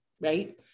right